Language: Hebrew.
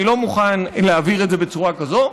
אני לא מוכן להעביר את זה בצורה כזאת.